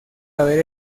haber